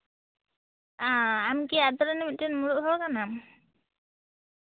ᱟᱢ ᱠᱤ ᱟᱹᱛᱩ ᱨᱮᱱ ᱢᱤᱫᱴᱮᱱ ᱢᱩᱬᱩᱫ ᱦᱚᱲ ᱠᱟᱱᱟᱢ